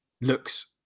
looks